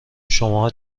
شماها